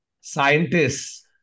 Scientists